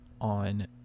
on